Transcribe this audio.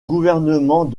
gouvernement